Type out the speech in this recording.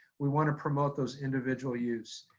we wanna promote those individual use.